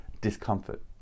discomfort